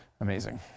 Amazing